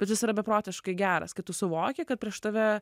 bet jis yra beprotiškai geras kai tu suvoki kad prieš tave